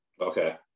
Okay